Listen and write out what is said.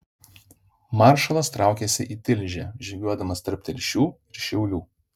maršalas traukėsi į tilžę žygiuodamas tarp telšių ir šiaulių